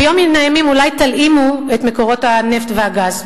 ביום מן הימים אולי תלאימו את מקורות הנפט והגז,